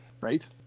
right